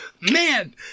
Man